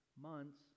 months